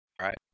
right